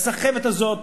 הסחבת הזאת,